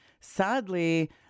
sadly